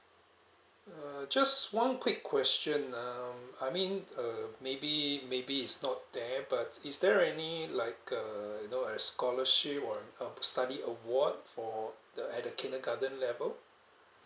err just one quick question um I mean err maybe maybe is not there but is there any like a you know a scholarship or a study award for the at the kindergarten level